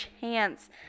chance